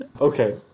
okay